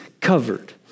covered